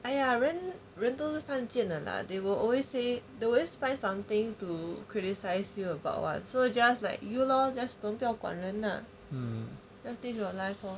!aiya! 人人都是犯贱的 lah they will always say they will always find something to criticise you about what so just like you lor just don't 不要管人的 just think your life lor